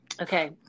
Okay